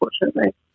unfortunately